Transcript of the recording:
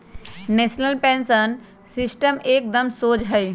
national pension system एकदम शोझ हइ